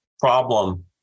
problem